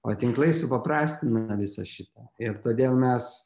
o tinklai supaprastina visą šitą ir todėl mes